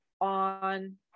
on